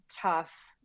tough